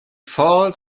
falls